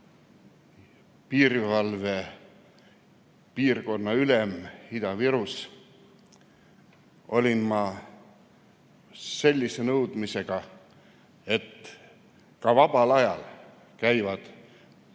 piirivalve piirkonnaülem Ida-Virus, olin ma sellise nõudmisega, et ka vabal ajal käivad